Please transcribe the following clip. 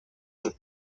jeu